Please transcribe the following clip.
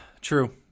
True